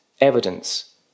evidence